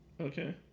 Okay